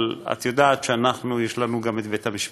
אבל את יודעת שיש לנו גם בית-המשפט.